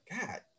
God